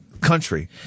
Country